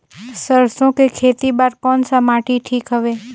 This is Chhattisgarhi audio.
सरसो के खेती बार कोन सा माटी ठीक हवे?